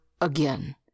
again